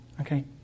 Okay